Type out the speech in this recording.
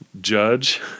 judge